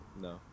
no